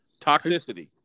Toxicity